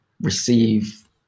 receive